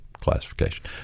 classification